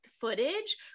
footage